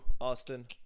austin